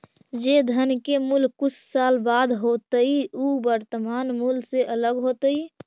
जे धन के मूल्य कुछ साल बाद होतइ उ वर्तमान मूल्य से अलग होतइ